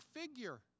figure